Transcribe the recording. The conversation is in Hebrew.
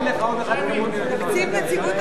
קבוצת קדימה, יש לכם שתי הסתייגויות.